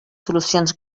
solucions